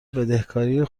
بدهکاری